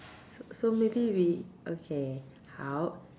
so so maybe we okay 好